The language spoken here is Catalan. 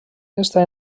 està